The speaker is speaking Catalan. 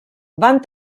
van